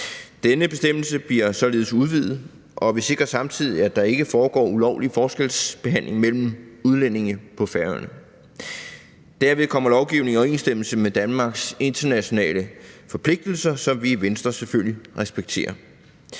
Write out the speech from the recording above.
Denne bestemmelse bliver således udvidet, og vi sikrer samtidig, at der ikke foregår ulovlig forskelsbehandling mellem udlændinge på Færøerne. Derved kommer lovgivningen i overensstemmelse med Danmarks internationale forpligtelser, som vi i Venstre selvfølgelig respekterer.